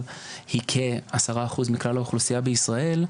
היא כעשרה אחוז מכלל האוכלוסיה בישראל,